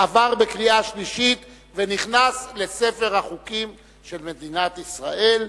עבר בקריאה שלישית ונכנס לספר החוקים של מדינת ישראל.